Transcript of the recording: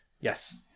yes